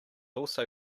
also